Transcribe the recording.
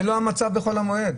זה לא המצב בחול המועד.